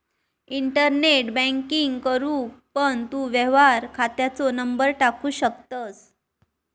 internet banking करूक पण तू व्यवहार खात्याचो नंबर टाकू शकतंस